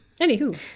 Anywho